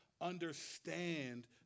understand